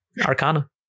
Arcana